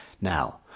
Now